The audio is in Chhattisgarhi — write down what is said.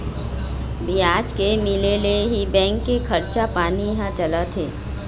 बियाज के मिले ले ही बेंक के खरचा पानी ह चलथे